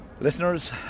Listeners